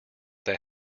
that